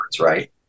right